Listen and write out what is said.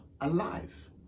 alive